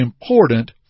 important